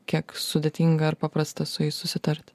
kiek sudėtinga ar paprasta su jais susitart